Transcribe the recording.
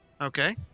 Okay